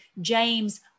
James